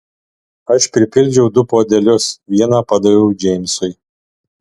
aš pripildžiau du puodelius vieną padaviau džeimsui